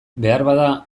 beharbada